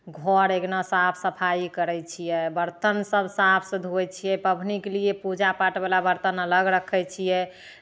घर अङ्गना साफ सफाइ करै छियै बरतन सभ साफसँ धोइ छियै पाबनि केलियै पूजापाठवला बरतन अलग रखै छियै